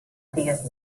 antigues